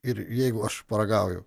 ir jeigu aš paragauju